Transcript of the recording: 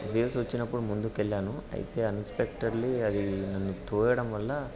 waves వచ్చినప్పుడు ముందుకెళ్ళాను అయితే అన్ఎక్స్పెక్టెడ్లీ అది నన్ను తోయడం వల్ల